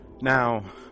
Now